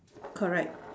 correct